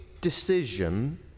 decision